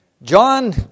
John